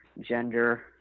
gender